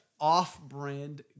Off-brand